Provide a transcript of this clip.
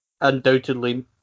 undoubtedly